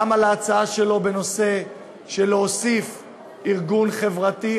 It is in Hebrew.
גם על ההצעה שלו להוסיף ארגון חברתי.